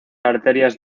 arterias